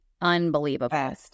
unbelievable